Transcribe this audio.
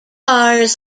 cars